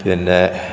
പിന്നെ